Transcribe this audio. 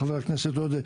חבר הכנסת עודה,